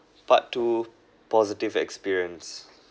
part two positive experience